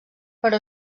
però